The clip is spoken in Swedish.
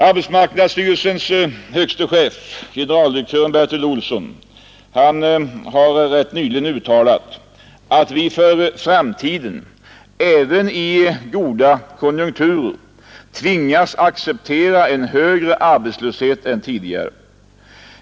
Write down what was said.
Arbetsmarknadsstyrelsens chef, generaldirektör Bertil Olsson, har rätt nyligen uttalat att vi för framtiden — även i goda konjunkturer — tvingas acceptera en högre arbetslöshet än tidigare.